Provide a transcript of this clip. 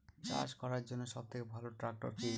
চাষ করার জন্য সবথেকে ভালো ট্র্যাক্টর কি?